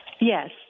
Yes